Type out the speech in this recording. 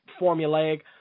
formulaic